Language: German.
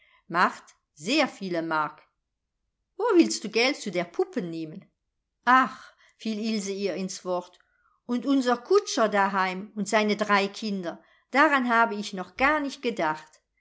macht sehr viele mark wo willst du geld zu der puppen nehmen ach fiel ilse ihr ins wort und unser kutscher daheim und seine drei kinder daran habe ich noch gar nicht gedacht